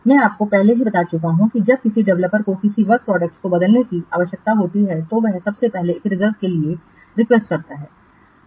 मैं आपको पहले ही बता चुका हूं कि जब किसी डेवलपर को किसी वर्क प्रोडक्टस को बदलने की आवश्यकता होती है तो वह सबसे पहले एक रिजर्व के लिए रिक्वेस्ट करता है